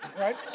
right